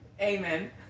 Amen